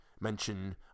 mention